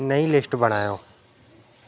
नईं लिस्ट बणायो